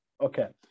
Okay